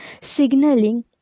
signaling